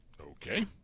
Okay